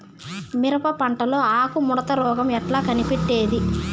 మిరప పంటలో ఆకు ముడత రోగం ఎట్లా కనిపెట్టేది?